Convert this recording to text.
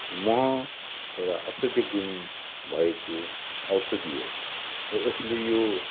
मह एउटा औषधी गुण भएको औषधी हो र यसले यो